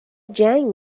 جنگ